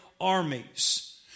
armies